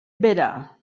berà